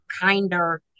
kinder